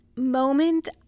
moment